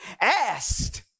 asked